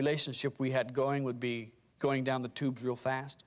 relationship we had going would be going down the tubes real fast